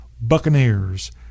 Buccaneers